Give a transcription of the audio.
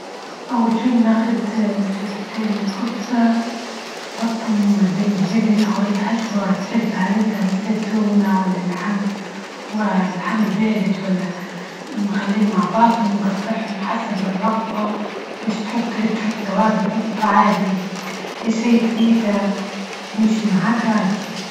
أول شي نأخذ شرحتين من الخبزة نحطهم بين الجبن أو أي حشوة تحبها إنت مثل التونة، ولا اللحم واللحم البارد، ولا مخليهم مع بعضهم، قطعهم حسب الرغبة، بش تحطي توابل حطه عادي، هي شي تريته يمشي معاك عادي.